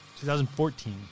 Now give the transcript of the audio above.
2014